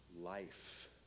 life